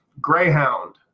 Greyhound